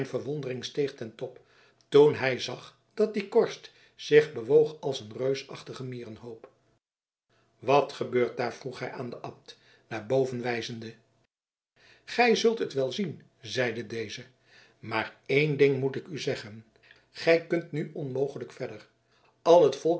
verwondering steeg ten top toen hij zag dat die korst zich bewoog als een reusachtige mierenhoop wat gebeurt daar vroeg hij aan den abt naar boven wijzende gij zult het wel zien zeide deze maar één ding moet ik u zeggen gij kunt nu onmogelijk verder al het volk